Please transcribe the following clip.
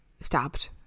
stabbed